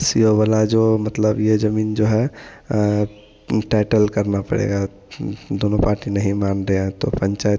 सि ओ बोला जो मतलब यह ज़मीन जो है टाइटल करना पड़ेगा दोनों पार्टी नहीं मान रहे हैं तो पंचायत